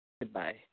Goodbye